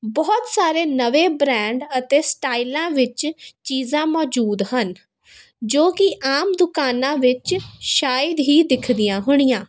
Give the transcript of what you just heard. ਬਹੁਤ ਸਾਰੇ ਨਵੇਂ ਬਰਾਂਡ ਅਤੇ ਸਟਾਈਲਾਂ ਵਿੱਚ ਚੀਜ਼ਾਂ ਮੌਜੂਦ ਹਨ ਜੋ ਕਿ ਆਮ ਦੁਕਾਨਾਂ ਵਿੱਚ ਸ਼ਾਇਦ ਹੀ ਦਿਖਦੀਆਂ ਹੋਣੀਆਂ